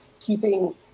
keeping